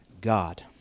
God